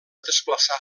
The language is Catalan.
desplaçar